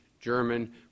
German